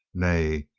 nay,